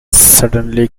suddenly